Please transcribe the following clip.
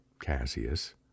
Cassius